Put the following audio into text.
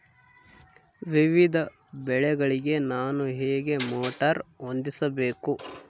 ವಿವಿಧ ಬೆಳೆಗಳಿಗೆ ನಾನು ಹೇಗೆ ಮೋಟಾರ್ ಹೊಂದಿಸಬೇಕು?